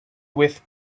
with